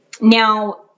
Now